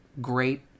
great